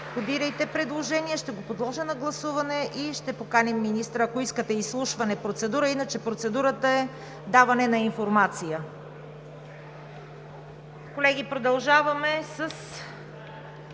входирайте предложение, ще го подложа на гласуване и ще поканим министъра, ако искате процедура – изслушване. Иначе процедурата е даване на информация. Колеги, продължаваме с